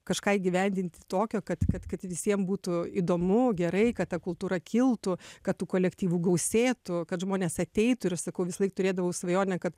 kažką įgyvendinti tokio kad kad kad visiem būtų įdomu gerai kad ta kultūra kiltų kad tų kolektyvų gausėtų kad žmonės ateitų ir sakau visąlaik turėdavau svajonę kad